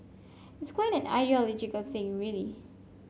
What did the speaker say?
it's quite an ideological thing really